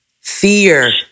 Fear